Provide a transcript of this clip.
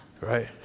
right